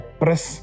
press